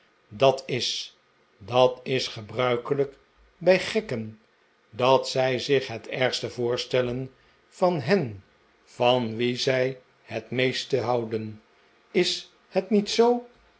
dat is dat is gebruikelijk bij gekken dat zij zich het ergste voorstellen van hen van wien zij het meeste houden is het niet zoo